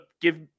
give